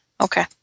okay